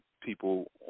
people